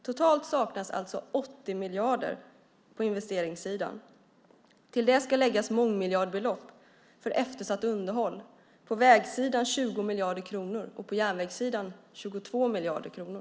Totalt saknas det alltså 80 miljarder kronor på investeringssidan. Till detta ska läggas mångmiljardbelopp för eftersatt underhåll - på vägsidan 20 miljarder kronor och på järnvägssidan 22 miljarder kronor.